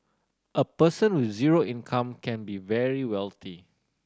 a person with zero income can be very wealthy